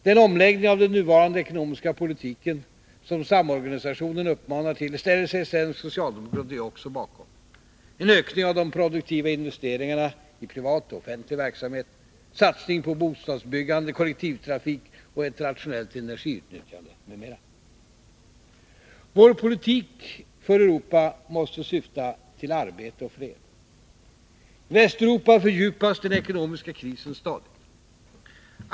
Den omläggning av den nuvarande ekonomiska politiken som samorganisationen uppmanar till ställer sig svensk socialdemokrati också bakom: en ökning av de produktiva investeringarna i privat och offentlig verksamhet, satsning på bostadsbyggande, bättre kollektivtrafik och ett rationellt energiutnyttjande, utnyttjande av ny teknik för att skapa fler arbetstillfällen m.m. Vår politik för Europa måste syfta till arbete och fred. I Västeuropa fördjupas den ekonomiska krisen stadigt.